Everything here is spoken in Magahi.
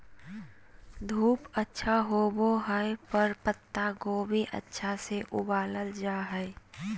धूप अच्छा होवय पर पत्ता गोभी अच्छा से उगावल जा हय